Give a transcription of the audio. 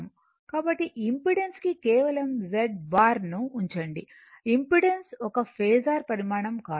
కాబట్టి ఇంపెడెన్స్ కి కేవలం z బార్ను ఉంచండి ఇంపెడెన్స్ ఒక ఫేసర్ పరిమాణం కాదు